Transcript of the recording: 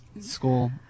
school